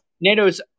NATO's